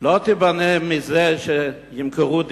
לא תיבנה מזה שימכרו את